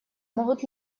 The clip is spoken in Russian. могут